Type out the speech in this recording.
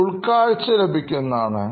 ഒരു ഉൾക്കാഴ്ച ലഭിക്കുന്നതാണ്